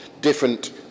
different